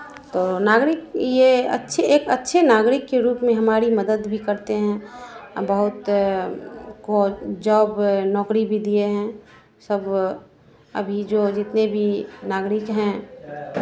तो नागरिक ये अच्छे एक अच्छे नागरिक के रूप में हमारी मदद भी करते हैं बहुत को जॉब नौकरी भी दिए हैं सब अभी जो जितने भी नागरिक हैं